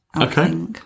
Okay